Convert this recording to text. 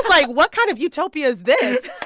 like, what kind of utopia is this?